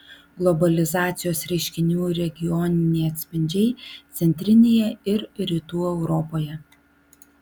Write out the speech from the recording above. globalizacijos reiškinių regioniniai atspindžiai centrinėje ir rytų europoje